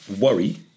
worry